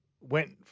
went